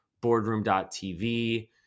Boardroom.TV